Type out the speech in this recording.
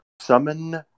summon